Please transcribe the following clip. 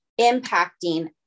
impacting